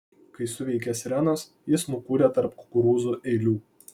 kai suveikė sirenos jis nukūrė tarp kukurūzų eilių